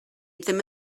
ddim